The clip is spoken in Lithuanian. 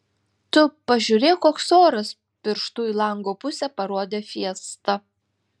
tu pažiūrėk koks oras pirštu į lango pusę parodė fiesta